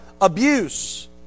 abuse